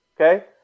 Okay